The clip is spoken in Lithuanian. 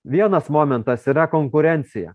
vienas momentas yra konkurencija